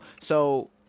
So-